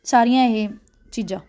ਸਾਰੀਆਂ ਇਹ ਚੀਜ਼ਾਂ